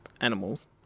animals